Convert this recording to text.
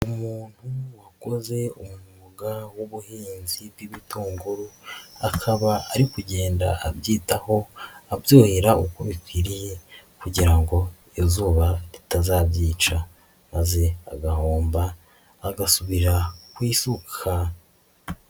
Umuntu wakoze umwuga w'ubuhinzi bw'ibitunguru akaba ari kugenda abyitaho abyohera uko bikwiriye kugira ngo izuba ritazabyica maze agahomba agasubira ku isuka.